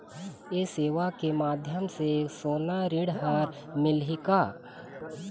ये सेवा के माध्यम से सोना ऋण हर मिलही का?